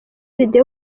video